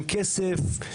עם כסף.